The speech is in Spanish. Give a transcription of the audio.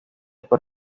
por